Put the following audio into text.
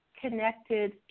connected